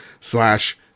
slash